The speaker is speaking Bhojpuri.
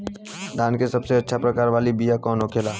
धान के सबसे अच्छा प्रकार वाला बीया कौन होखेला?